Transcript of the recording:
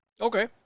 Okay